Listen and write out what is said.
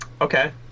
Okay